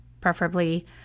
preferably